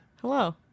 Hello